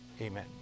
Amen